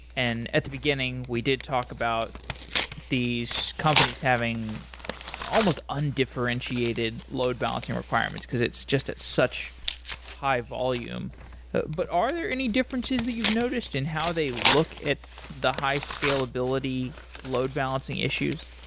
and at the beginning we did talk about these companies having almost undifferentiated load-balancing requirements, because it's just at such high-volume. but are there any differences that you've noticed and how they look at the high scalability load-balancing issues?